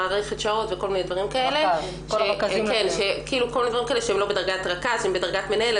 מערכת השעות וכל הדברים האלה שהם לא בדרגת רכז אלא בדרגת מנהל.